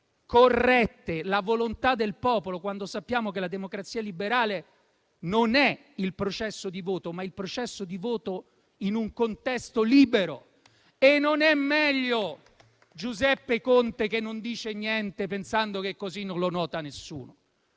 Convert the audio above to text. della volontà del popolo, quando sappiamo che la democrazia liberale non è il processo di voto, ma è il processo di voto in un contesto libero. E non è meglio Giuseppe Conte, che non dice niente, pensando che così non lo nota nessuno.